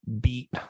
beat